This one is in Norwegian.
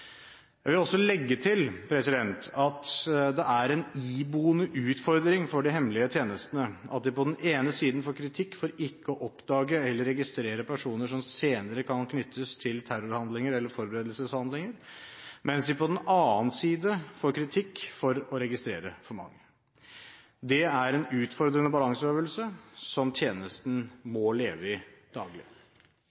Jeg vil også legge til at det er en iboende utfordring for de hemmelige tjenestene at de på den ene siden får kritikk for ikke å oppdage eller registrere personer som senere kan knyttes til terrorhandlinger eller forberedelseshandlinger, mens de på den annen side får kritikk for å registrere for mange. Det er en utfordrende balanseøvelse som tjenesten